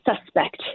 suspect